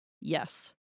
yes